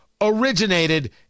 originated